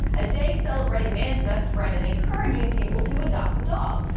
a day celebrating man's best friend and encouraging people to adopt a dog.